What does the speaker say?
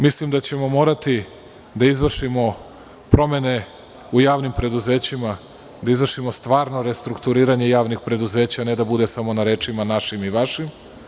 Mislim da ćemo morati da izvršimo promene u javnim preduzećima, da izvršimo stvarno restrukturiranje javnih preduzeća a ne da bude samo na rečima, našim i vašim.